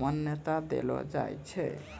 मान्यता देलो जाय छै